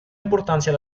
importancia